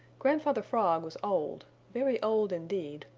grandfather frog was old, very old, indeed,